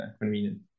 convenient